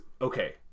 okay